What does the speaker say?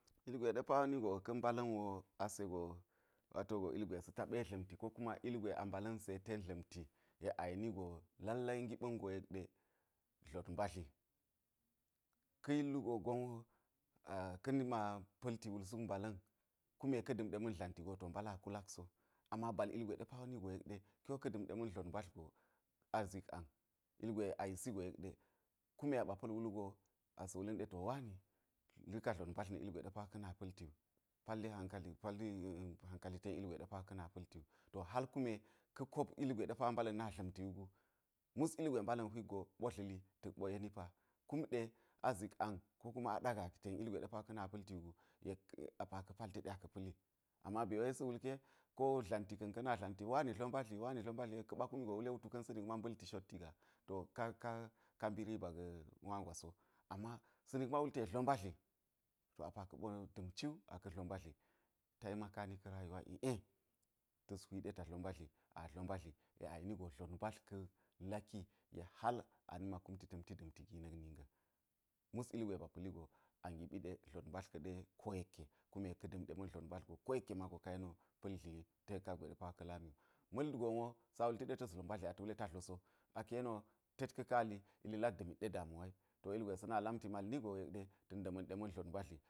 Ilgwe ɗe pa wo ni go ka̱ mbala̱n wo ase go wato go ilgwe sa̱ taɓe dla̱mti ko kuma ilgwe a mbala̱n se ten dla̱mti yek a yeni go lallai giɓa̱n go yek ɗe, dlot mbadli ka̱ yil wugo gon wo ka̱ nima pa̱lti wul suk mbala̱n kume ka̱ da̱m ɗe ma̱n dlanti go to mbala̱n a kulak so ama bal ilgwe ɗe pa wo ni go yek ɗe ki wo ka̱ da̱m ɗe ma̱n dlot mbadl wu a zik ang ilgwe a yisi go yek ɗe kume a ɓa pa̱l wul go, asa̱ wulla̱n ɗe to wani rika dlot mbadl na̱ ilgwe ɗe pa ka̱ na pa̱lti wu palli hankali palli hankali ten a̱a̱ ilgwe ɗe pa ka̱ na palti wu to hal kume ka̱ kop ilgwe ɗe pa wo mbala̱n na dla̱mti wu gu mus ilgwe mbala̱n hwik go ɓo dla̱li ta̱k ɓo yeni pa kum ɗe a zik ang ko kuma a ɗa ga̱k ten ilgwe ɗe pa wo ka̱ na pa̱lti wu yek a̱a̱ a pa wo ka̱ pal teɗi aka̱ pa̱li ama be we sa̱ wul ke ko dlantika̱n ka̱ na dlanti wani dlo mbadli wani dlo mbali yek ka̱ ɓa kumi go wule wutu ka̱n sa̱ nikma mba̱lti shotti gaa to ka ka ka mbi riba ga̱ wa gwa so ama sa̱ nikma wulte dlo mbadli to a pa ka̱ ɓo da̱m ciwu aka̱ dlo mbadli taimaka ni ka̱ rayuwa iˈe ta̱s hwi ɗe ta dlo mbadli a dlo mbadli yek a yeni go dlot mbadl ka̱ laki yek hal a nima kumti ta̱nti da̱mti na̱k nik ni ga̱n mus ilgwe ba pa̱li go a giɓi ɗe dlot mbadl ka̱ɗe ko yekke kume ka̱ da̱m ɗe ma̱n dlot mbadl go ka yeni wo ko yekke mago pa̱l dli wi ten kangwe ɗe p wo ka̱ lami wu ma̱lgo wo sa̱ wulti ɗe ta̱s dlo mbadli ata̱ wule ta dlo so aka̱ yeni wo tet ka̱ ka̱li ili lak da̱mit ɗe damuwa wi to ilgwe sa̱ na lamti malni go yek ɗe ta̱n da̱ma̱n ɗe ma̱ dlot mbadli.